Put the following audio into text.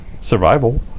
Survival